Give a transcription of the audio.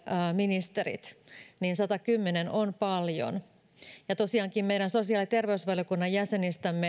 ministerit niin satakymmentä on paljon tosiaankin meistä sosiaali ja terveysvaliokunnan jäsenistä